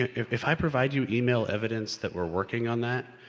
if i provide you email evidence that we're working on that.